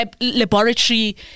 laboratory